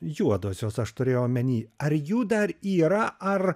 juodosios aš turėjau omeny ar jų dar yra ar